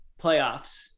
playoffs